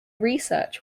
research